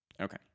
Okay